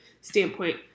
standpoint